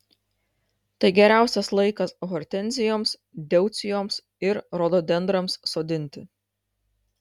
tai geriausias laikas hortenzijoms deucijoms ir rododendrams sodinti